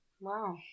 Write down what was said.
Wow